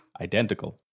identical